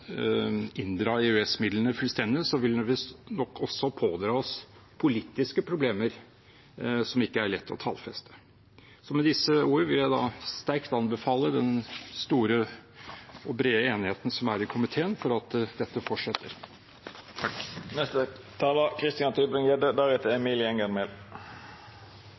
nok også pådra oss politiske problemer som det ikke er lett å tallfeste. Med disse ord vil jeg sterkt anbefale den store og brede enigheten som er i komiteen om at dette fortsetter.